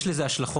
יש לזה השלכות.